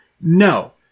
No